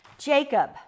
Jacob